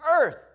earth